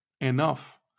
enough